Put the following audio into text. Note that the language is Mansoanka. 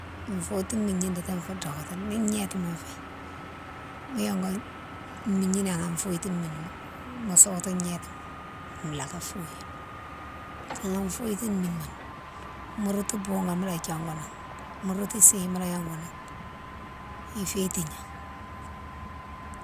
Foye toune migna dédi fou dokéni, ni gnétima fé, mo yongou migna nan an foyetoune migne mounne mo sotou gnétima, laka foyine. Na foye toune migne mounne mo routou bougone mola diongounan, mo routou sih mola yongounan ifiyé tigné.